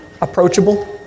approachable